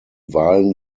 wahlen